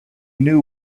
knew